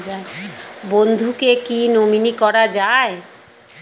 বন্ধুকে কী নমিনি করা যায়?